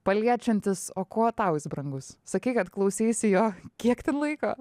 paliečiantis o kuo tau jis brangus sakei kad klauseisi jo kiek laiko